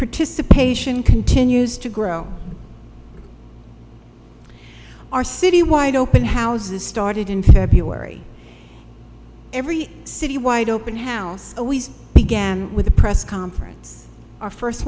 participation continues to grow our city wide open houses started in february every city wide open house always began with a press conference our first